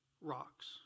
rocks